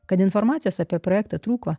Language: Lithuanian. kad informacijos apie projektą trūko